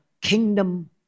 kingdom